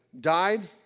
died